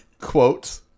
Quote